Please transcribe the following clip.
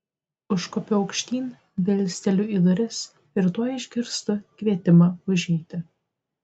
užkopiu aukštyn bilsteliu į duris ir tuoj išgirstu kvietimą užeiti